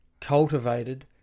cultivated